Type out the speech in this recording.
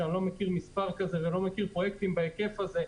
שאני לא מכיר מספר כזה ולא מכיר פרויקטים בהיקף הזה,